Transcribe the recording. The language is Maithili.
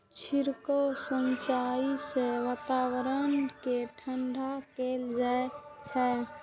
छिड़काव सिंचाइ सं वातावरण कें ठंढा कैल जाइ छै